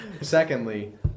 Secondly